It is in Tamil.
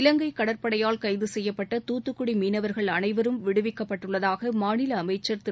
இலங்கை கடற்படையால் கைது செய்யப்பட்ட தூத்துக்குடி மீனவர்கள் அனைவரும் விடுவிக்கப்பட்டுள்ளதாக மாநில அமைச்சர் திரு